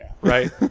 Right